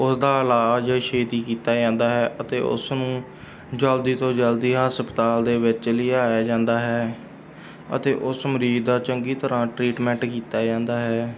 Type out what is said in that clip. ਉਸਦਾ ਇਲਾਜ ਛੇਤੀ ਕੀਤਾ ਜਾਂਦਾ ਹੈ ਅਤੇ ਉਸ ਨੂੰ ਜਲਦੀ ਤੋਂ ਜਲਦੀ ਹਸਪਤਾਲ ਦੇ ਵਿੱਚ ਲਿਆਇਆ ਜਾਂਦਾ ਹੈ ਅਤੇ ਉਸ ਮਰੀਜ਼ ਦਾ ਚੰਗੀ ਤਰ੍ਹਾਂ ਟ੍ਰੀਟਮੈਂਟ ਕੀਤਾ ਜਾਂਦਾ ਹੈ